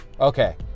Okay